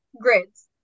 grids